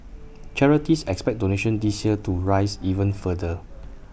charities expect donations this year to rise even further